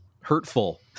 hurtful